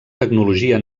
tecnologia